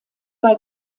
bei